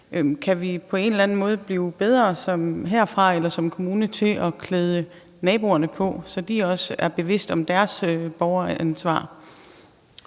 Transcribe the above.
Kan vi på en eller anden måde blive bedre herfra eller som kommune til at klæde naboerne på, så de også er bevidste om deres borgeransvar?